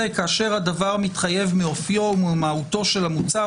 כאשר הדבר מתחייב מאופיו וממהותו של המוצר,